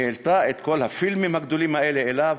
היא העלתה את כל ה"פילמים" הגדולים האלה אליו.